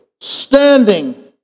standing